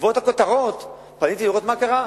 בעקבות הכותרות פניתי לראות מה קרה,